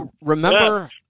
Remember